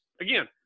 again